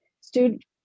student